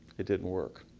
it didn't work.